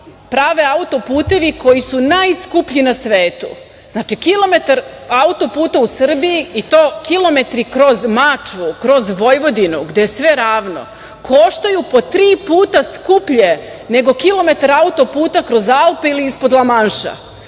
prave auto-putevi koji su najskuplji na svetu? Znači kilometar auto-puta u Srbiji i to kilometri kroz Mačvu kroz Vojvodinu gde je sve ravno, koštaju po tri puta skuplje nego kilometar auto-puta kroz Alpe ili ispod Lamanša. Šta